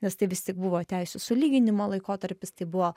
nes tai vis tik buvo teisių sulyginimo laikotarpis tai buvo